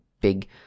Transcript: big